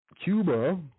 Cuba